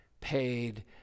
paid